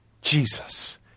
Jesus